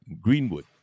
Greenwood